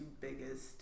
biggest